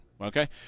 okay